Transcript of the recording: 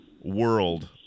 world